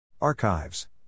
Archives